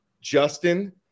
Justin